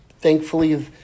thankfully